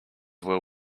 were